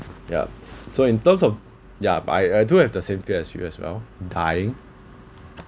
yup so in terms of yeah but I I do have the same fear as you as well dying